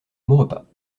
maurepas